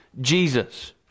Jesus